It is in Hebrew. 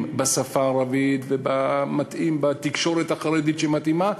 בשפה הערבית ובתקשורת החרדית שמתאימה,